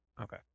Okay